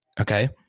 Okay